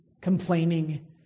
complaining